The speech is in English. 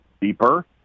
deeper